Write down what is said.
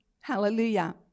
Hallelujah